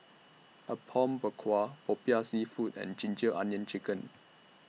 Apom Berkuah Popiah Seafood and Ginger Onions Chicken